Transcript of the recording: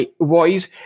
voice